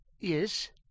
Yes